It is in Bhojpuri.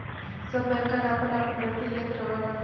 सब बैंकन आपन आपन भर्ती लेत रहलन